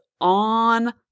on